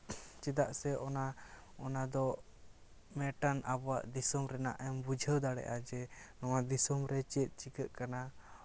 ᱪᱮᱫᱟᱜ ᱥᱮ ᱚᱱᱟ ᱚᱱᱟᱫᱚ ᱢᱤᱫᱴᱟᱝ ᱟᱵᱚᱣᱟᱜ ᱫᱤᱥᱚᱢ ᱨᱮᱱᱟᱜ ᱮᱢ ᱵᱩᱡᱷᱟᱹᱣ ᱫᱟᱲᱮᱭᱟᱜᱼᱟ ᱡᱮ ᱱᱚᱣᱟ ᱫᱤᱥᱚᱢ ᱨᱮ ᱪᱮᱫ ᱪᱤᱠᱟᱹᱜ ᱠᱟᱱᱟ